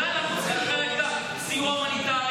אולי אנחנו צריכים לנהל את הסיוע ההומניטרי.